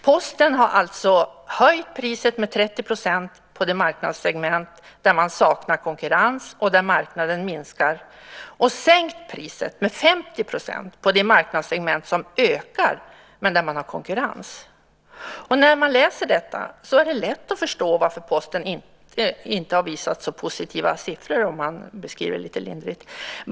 Posten har alltså höjt priset med 30 % på det marknadssegment där man saknar konkurrens och där marknaden minskar och sänkt priset med 50 % på det marknadssegment som ökar, men där man har konkurrens. När man läser detta är det lätt att förstå varför Posten inte har visat så positiva siffror, om man beskriver det lite lindrigt.